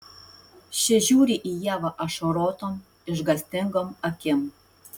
ši žiūri į ievą ašarotom išgąstingom akim